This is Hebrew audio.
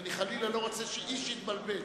ואני חלילה לא רוצה שאיש יתבלבל.